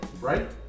right